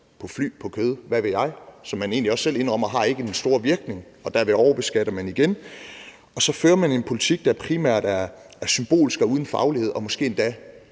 på fly, på kød, hvad ved jeg, som man egentlig også selv indrømmer ikke har den store virkning. Derved overbeskatter man igen, og så fører man en politik, der primært er symbolsk og uden faglighed, og som måske endda